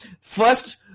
first